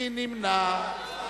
מי נמנע?